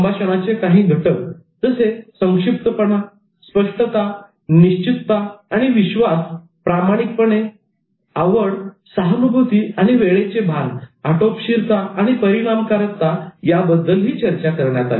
संभाषणाचे काही घटक जसे संक्षिप्तपणा आणि स्पष्टता निश्चितता आणि विश्वास प्रामाणिकपणा आवड सहानुभूती आणि वेळेचे भान आटोपशिरता आणि परिणामकारकता याबद्दलही चर्चा करण्यात आली